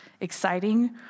exciting